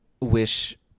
wish